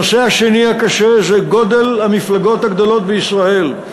הנושא הקשה השני זה גודל המפלגות הגדולות בישראל.